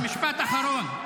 משפט אחרון.